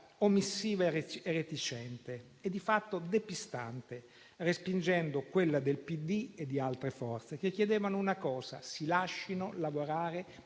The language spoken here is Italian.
omissiva e reticente e di fatto depistante, respingendo quella del PD e di altre forze che chiedevano una cosa: si lascino lavorare